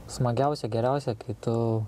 smagiausia geriausia kai tu